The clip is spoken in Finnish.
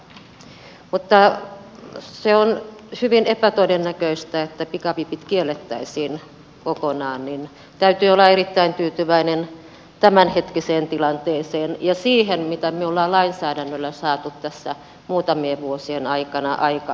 mutta kun se on hyvin epätodennäköistä että pikavipit kiellettäisiin kokonaan niin täytyy olla erittäin tyytyväinen tämänhetkiseen tilanteeseen ja siihen mitä me olemme lainsäädännöllä saaneet tässä muutamien vuosien aikana aikaiseksi